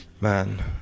Man